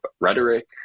rhetoric